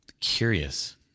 curious